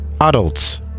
adults